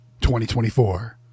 2024